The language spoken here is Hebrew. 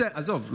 עזוב,